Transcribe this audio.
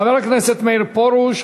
חבר הכנסת מאיר פרוש,